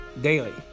daily